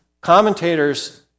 Commentators